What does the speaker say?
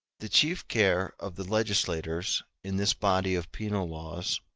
the chief care of the legislators, in this body of penal laws,